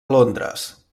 londres